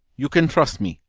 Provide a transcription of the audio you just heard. you can trust me.